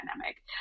dynamic